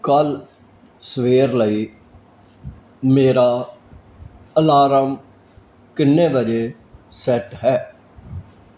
ਕੱਲ੍ਹ ਸਵੇਰ ਲਈ ਮੇਰਾ ਅਲਾਰਮ ਕਿੰਨੇ ਵਜੇ ਸੈੱਟ ਹੈ